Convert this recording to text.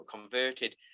converted